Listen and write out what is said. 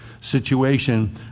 situation